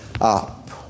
up